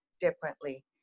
differently